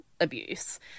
abuse